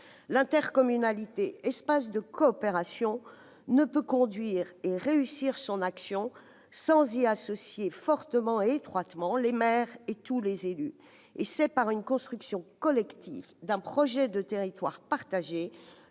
L'intercommunalité, espace de coopération, ne peut conduire et réussir son action sans y associer fortement et étroitement les maires et tous les élus. C'est par la construction collective d'un projet de territoire partagé